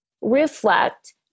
reflect